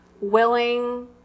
willing